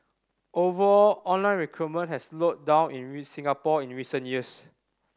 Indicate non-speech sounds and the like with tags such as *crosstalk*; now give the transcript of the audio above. overall online recruitment has slowed down in *unintelligible* Singapore in recent years